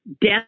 death